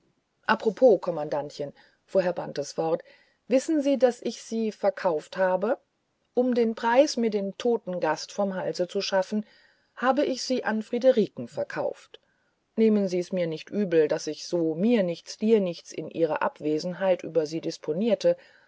apropos kommandantchen fuhr herr bantes fort wissen sie daß ich sie verkauft habe um den preis mir den toten gast vom halse zu schaffen habe ich sie da an friederiken verkauft nehmen sie's mir nicht übel daß ich so mir nichts dir nichts in ihrer abwesenheit über sie disponierte